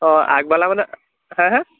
অঁ আগবেলা মানে হে হে